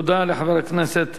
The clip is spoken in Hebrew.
תודה לחבר הכנסת